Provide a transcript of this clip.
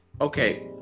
okay